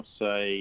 say